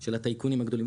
של הטייקונים הגדולים,